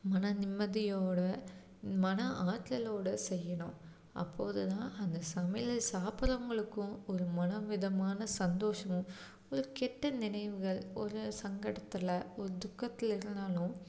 மனநிம்மதியோடு மன ஆற்றலோடு செய்யணும் அப்போது தான் அந்த சமையலை சாப்பிட்றவங்களுக்கு ஒரு மன விதமான சந்தோஷமும் ஒரு கெட்ட நினைவுகள் ஒரு சங்கடத்தில் ஒரு துக்கத்தில் இருந்தாலும்